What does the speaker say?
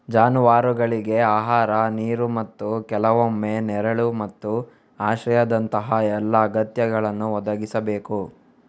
ಜಾನುವಾರುಗಳಿಗೆ ಆಹಾರ, ನೀರು ಮತ್ತು ಕೆಲವೊಮ್ಮೆ ನೆರಳು ಮತ್ತು ಆಶ್ರಯದಂತಹ ಎಲ್ಲಾ ಅಗತ್ಯಗಳನ್ನು ಒದಗಿಸಬೇಕು